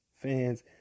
fans